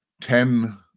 ten